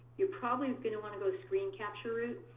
you're probably going to want to go screen capture route,